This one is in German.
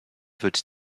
wird